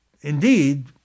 indeed